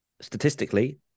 statistically